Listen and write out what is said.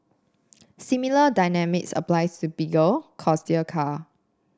similar dynamics applies to car